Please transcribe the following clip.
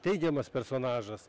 teigiamas personažas